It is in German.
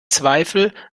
zweifel